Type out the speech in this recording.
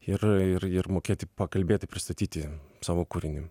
ir ir ir mokėti pakalbėti pristatyti savo kūrinį